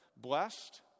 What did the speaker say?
blessed